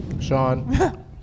Sean